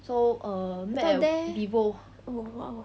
so there oh !wow!